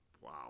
Wow